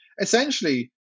essentially